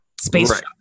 space